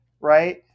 right